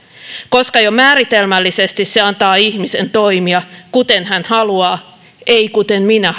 koska jo määritelmällisesti se antaa ihmisen toimia kuten hän haluaa ei kuten minä